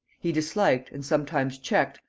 he disliked, and sometimes checked,